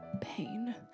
pain